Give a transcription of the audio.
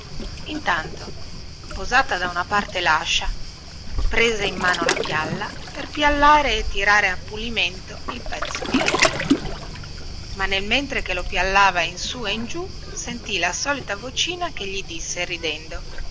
intanto posata da una parte lascia prese in mano la pialla per piallare e tirare a pulimento il pezzo di legno ma nel mentre che lo piallava in su e in giù senti la solita vocina che gli disse ridendo